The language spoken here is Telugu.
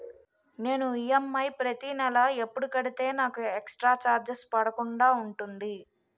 నేను ఈ.ఎం.ఐ ప్రతి నెల ఎపుడు కడితే నాకు ఎక్స్ స్త్ర చార్జెస్ పడకుండా ఉంటుంది?